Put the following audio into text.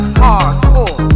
hardcore